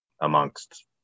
amongst